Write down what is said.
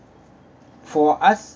for us